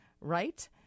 right